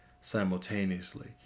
simultaneously